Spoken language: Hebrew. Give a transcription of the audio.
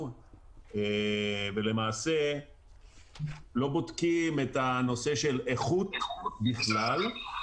ולמעשה לא בודקים את הנושא של איכות בכלל.